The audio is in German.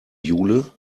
jule